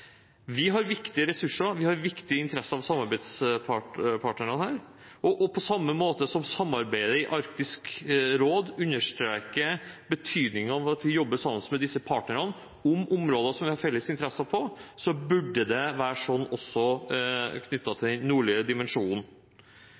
Vi har viktige ressurser, og vi har viktige felles interesser med samarbeidspartnerne, og på samme måte som at samarbeidet i Arktisk råd understreker betydningen av at vi jobber sammen med disse partnerne om områder som vi har felles interesser på, burde det også være slik knyttet til